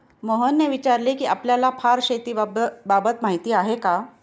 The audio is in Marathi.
मोहनने विचारले कि आपल्याला फर शेतीबाबत माहीती आहे का?